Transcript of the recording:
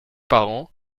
parent